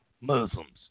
Muslims